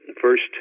First